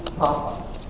problems